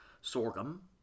sorghum